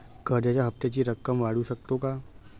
कर्जाच्या हप्त्याची रक्कम वाढवू शकतो का?